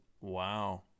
Wow